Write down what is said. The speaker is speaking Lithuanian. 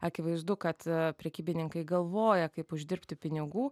akivaizdu kad prekybininkai galvoja kaip uždirbti pinigų